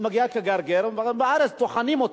הוא מגיע כגרגר ובארץ טוחנים אותו.